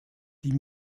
die